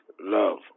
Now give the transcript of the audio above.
love